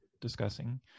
discussing